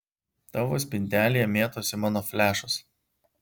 tavo spintelėje mėtosi mano flešas